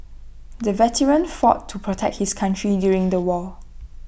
the veteran fought to protect his country during the war